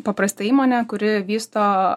paprastai įmonė kuri vysto